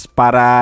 para